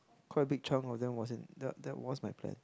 quite a big chunk of them was in ya that was my plan